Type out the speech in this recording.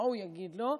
מה הוא יגיד לו?